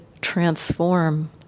transform